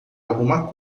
alguma